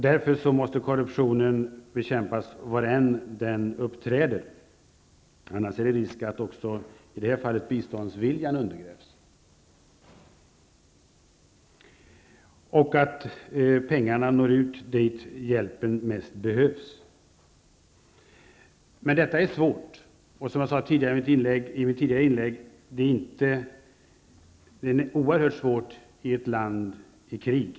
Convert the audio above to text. Därför måste korruptionen bekämpas var den än uppträder -- annars är det risk att i det här fallet också biståndsviljan undergrävs. Det är alltså viktigt att pengarna når ut dit där hjälpen bäst behövs. Men detta är svårt och det är, som jag sade i mitt tidigare inlägg, oerhört svårt i ett land i krig.